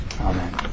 Amen